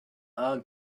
are